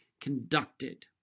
conducted